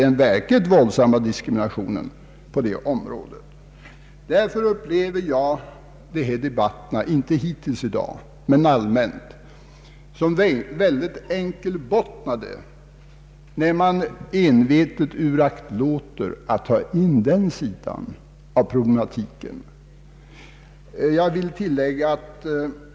Jag upplever allmänt debatterna kring dessa frågor — även om jag inte har gjort det hittills i dag — som mycket enkelbottnade så länge man medvetet uraktlåter att ta med också den sida av problematiken som jag här har antytt.